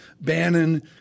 Bannon